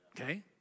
Okay